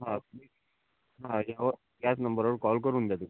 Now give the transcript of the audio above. हा मी हा यावर ह्याच नंबरवर कॉल करून द्या तुम्ही